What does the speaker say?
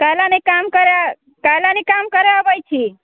कइ लए नहि काम करय कइ लए नहि काम करय अबै छी